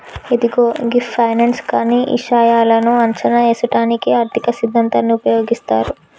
ఇదిగో గీ ఫైనాన్స్ కానీ ఇషాయాలను అంచనా ఏసుటానికి ఆర్థిక సిద్ధాంతాన్ని ఉపయోగిస్తారు